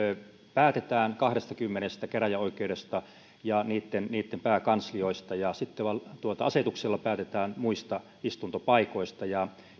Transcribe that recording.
päätetään kahdestakymmenestä käräjäoikeudesta ja niitten pääkanslioista ja sitten asetuksella päätetään muista istuntopaikoista